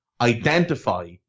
identify